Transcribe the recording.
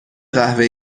قهوه